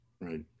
Right